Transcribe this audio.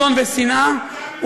מדון ושנאה,